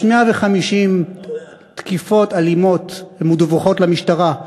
150 תקיפות אלימות כלפי קשישים מדווחות למשטרה,